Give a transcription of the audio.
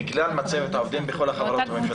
מכלל מצבת העובדים בכל החברות הממשלתיות.